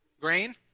Grain